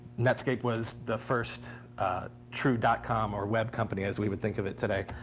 netscape was the first true dot-com, or web company, as we would think of it today.